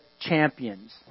champions